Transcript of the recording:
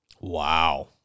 Wow